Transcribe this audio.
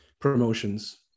promotions